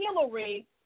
Hillary